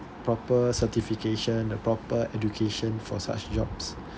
proper certification the proper education for such jobs